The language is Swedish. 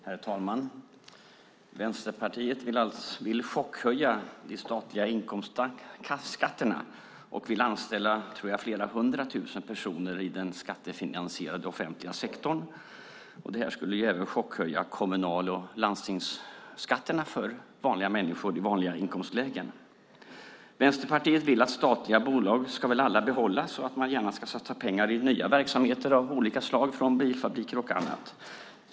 Herr talman! Vänsterpartiet vill chockhöja de statliga inkomstskatterna och vill anställa, tror jag, flera hundratusen personer i den skattefinansierade offentliga sektorn. Det skulle även innebära chockhöjda kommunal och landstingsskatter för vanliga människor i vanliga inkomstlägen. Vänsterpartiet vill väl att alla statliga bolag ska behållas och att man gärna ska satsa pengar i nya verksamheter av olika slag, i bilfabriker och annat.